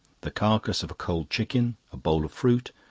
the carcase of a cold chicken, a bowl of fruit,